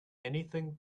anything